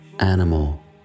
animal